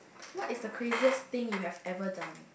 what is the craziest thing you have ever done